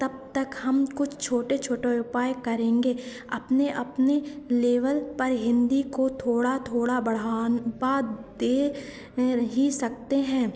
तक हम कुछ छोटे छोटे उपाय करेंगे अपने अपने लेवल पर हिन्दी को थोड़ा थोड़ा बढ़ावा दे ही सकते हैं